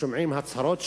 שומעים הצהרות שלו,